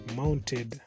mounted